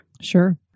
Sure